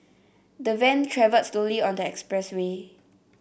the Van travelled slowly on the expressway